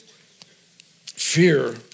Fear